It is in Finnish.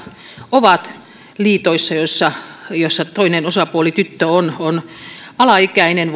ovat liitoissa joissa joissa toinen osapuoli tyttö voi olla alaikäinen